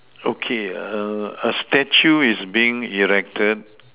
okay err a statue is being erected